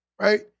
right